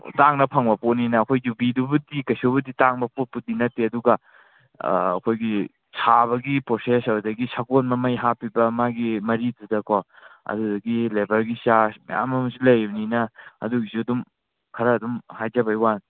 ꯇꯥꯡꯅ ꯐꯪꯕ ꯄꯣꯠꯅꯤꯅ ꯑꯩꯈꯣꯏ ꯌꯨꯕꯤꯗꯨꯕꯨꯗꯤ ꯀꯩꯁꯨꯕꯨꯗꯤ ꯇꯥꯡꯕ ꯄꯣꯠꯄꯨꯗꯤ ꯅꯠꯇꯦ ꯑꯗꯨꯒ ꯑꯩꯈꯣꯏꯒꯤ ꯁꯥꯕꯒꯤ ꯄ꯭ꯔꯣꯁꯦꯁ ꯑꯗꯨꯗꯒꯤ ꯁꯒꯣꯜ ꯃꯃꯩ ꯍꯥꯞꯄꯤꯕ ꯃꯥꯒꯤ ꯃꯔꯤꯗꯨꯗꯀꯣ ꯑꯗꯨꯗꯒꯤ ꯂꯦꯕꯔꯒꯤ ꯆꯥꯔꯆ ꯃꯌꯥꯝ ꯑꯃꯁꯨ ꯂꯩꯔꯤꯃꯤꯅ ꯑꯗꯨꯒꯤꯁꯨ ꯑꯗꯨꯝ ꯈꯔ ꯑꯗꯨꯝ ꯍꯥꯏꯖꯕꯒꯤ ꯋꯥꯅꯦ